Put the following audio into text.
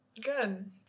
Good